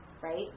right